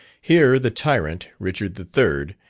here the tyrant, richard the third,